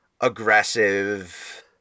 aggressive